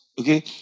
Okay